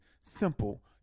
simple